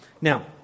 Now